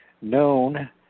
known